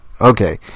Okay